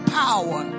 power